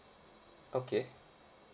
okay